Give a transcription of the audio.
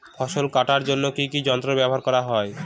ফসল কাটার জন্য কি কি যন্ত্র ব্যাবহার করা হয়?